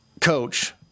Coach